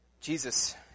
Jesus